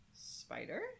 spider